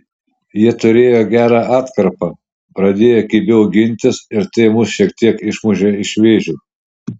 jie turėjo gerą atkarpą pradėjo kibiau gintis ir tai mus šiek tiek išmušė iš vėžių